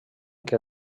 què